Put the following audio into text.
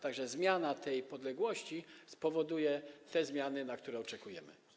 Tak że zmiana tej podległości spowoduje te zmiany, których oczekujemy.